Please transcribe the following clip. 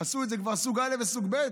עשו את זה כבר סוג א' וסוג ב'.